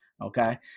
Okay